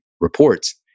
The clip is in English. reports